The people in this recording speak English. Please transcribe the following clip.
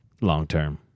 long-term